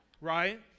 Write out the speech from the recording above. Right